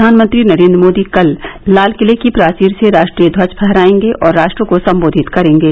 प्रधानमंत्री नरेन्द्र मोदी कल लाल किले की प्राचीर से राष्ट्रीय ध्वज फहरायेंगे और राष्ट्र को सम्बोधित करेंगे